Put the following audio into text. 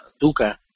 Duca